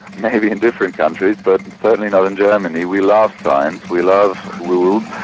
maybe in different countries, but certainly not in germany. we love signs, we love rules,